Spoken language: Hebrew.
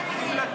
זה שקר,